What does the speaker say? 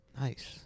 Nice